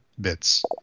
bits